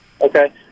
Okay